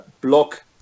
block